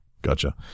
Gotcha